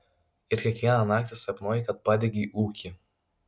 ir kiekvieną naktį sapnuoji kad padegei ūkį